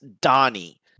Donnie